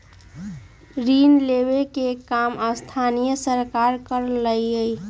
ऋण लेवे के काम स्थानीय सरकार करअलई